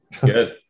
Good